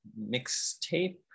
mixtape